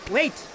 Wait